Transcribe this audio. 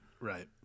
Right